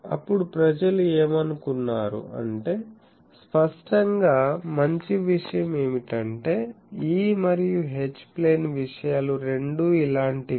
అప్పుడు ప్రజలు ఏమనుకున్నారు అంటే స్పష్టంగా మంచి విషయం ఏమిటంటే E మరియు H ప్లేన్ విషయాలు రెండూ ఇలాంటివి